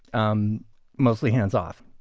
um mostly hands off.